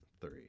Three